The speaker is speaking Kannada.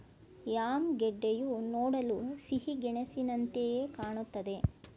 ಯಾಮ್ ಗೆಡ್ಡೆಯು ನೋಡಲು ಸಿಹಿಗೆಣಸಿನಂತೆಯೆ ಕಾಣುತ್ತದೆ